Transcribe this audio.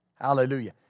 hallelujah